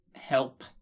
help